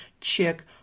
check